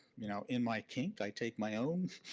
you know in my kink, i take my own